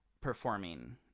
Performing